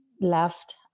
left